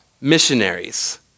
missionaries